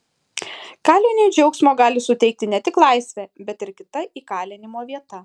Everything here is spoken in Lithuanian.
kaliniui džiaugsmo gali suteikti ne tik laisvė bet ir kita įkalinimo vieta